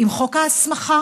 עם חוק ההסמכה